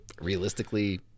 realistically